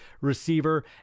receiver